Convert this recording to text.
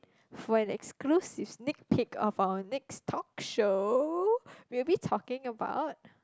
for an exclusive sneak peak of our next talk show we'll be talking about